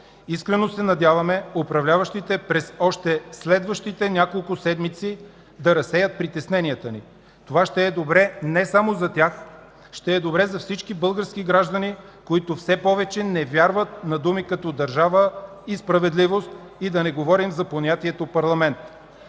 Искрено се надяваме управляващите още през следващите няколко седмици да разсеят притесненията ни. Това ще е добре не само за тях, ще е добре за всички български граждани, които все повече не вярват на думи като „държава” и „справедливост”, да не говорим за понятието „парламент”.